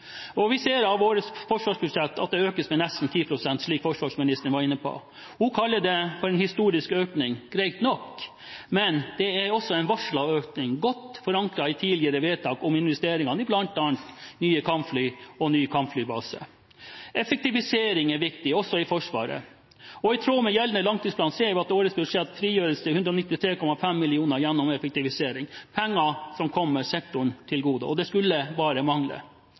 Vi ser at årets forsvarsbudsjett økes med nesten 10 pst., slik forsvarsministeren var inne på. Hun kaller det en historisk økning. Greit nok, men det er også en varslet økning, godt forankret i tidligere vedtak om investeringene i bl.a. nye kampfly og ny kampflybase. Effektivisering er viktig også i Forsvaret, og i tråd med gjeldende langtidsplan ser vi at det i årets budsjett frigjøres 193,5 mill. kr gjennom effektivisering – penger som kommer sektoren til gode. Det skulle bare mangle.